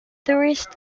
tourist